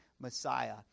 Messiah